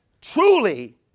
truly